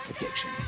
addiction